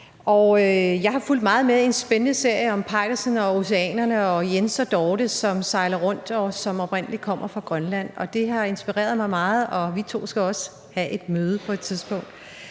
Jeg har fulgt meget med i en spændende serie om Peitersen og oceanerne og Jens og Dorthe, som sejler rundt, og som oprindelig kommer fra Grønland. Det har inspireret mig meget, og vi to skal også have et møde på et tidspunkt.